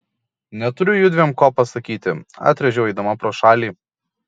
neturiu judviem ko pasakyti atrėžiau eidama pro šalį